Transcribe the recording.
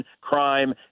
crime